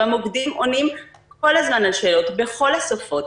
במוקדים עונים כל הזמן על שאלות בכל השפות.